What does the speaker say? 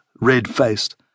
red-faced